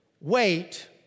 wait